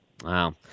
Wow